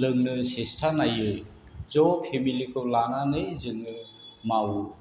लोंनो सेस्ता नायो ज' फेमिलिखौ लानानै जोङो मावो